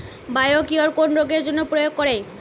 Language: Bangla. বায়োকিওর কোন রোগেরজন্য প্রয়োগ করে?